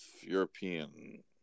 European